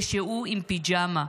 כשהוא עם פיג'מה.